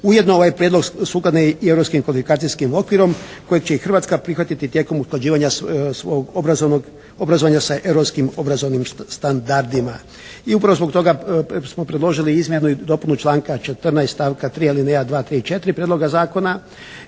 Ujedno ovaj Prijedlog sukladan je i europskim kvalifikacijskim okvirom kojeg će i Hrvatska prihvatiti tijekom usklađivanja svog obrazovnog obrazovanja sa europskim obrazovnim standardima i upravo zbog toga smo predložili izmjenu i dopunu članka 14. stavka 3. alineja 2., 3. i 4. Prijedloga zakona